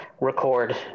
record